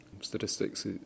Statistics